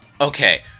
okay